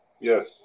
Yes